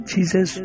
Jesus